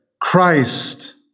Christ